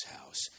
house